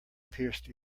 pierced